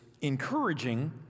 encouraging